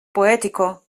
poetico